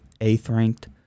eighth-ranked